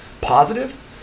positive